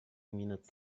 minutes